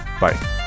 bye